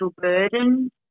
burden